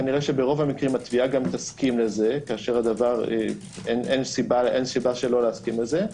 כנראה שברוב המקרים התביעה תסכים לזה כאשר אין סיבה שלא להסכים לזה.